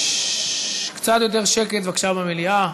קצת יותר שקט, בבקשה, במליאה.